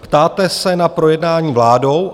Ptáte se na projednání vládou?